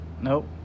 Nope